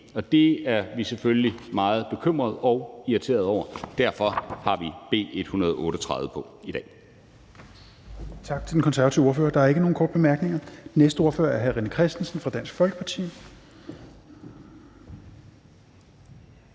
Og det er vi selvfølgelig meget bekymrede og irriterede over. Derfor har vi B 138 på i dag.